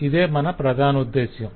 ఇదే మన ప్రధానోద్ధేశ్యం